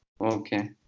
Okay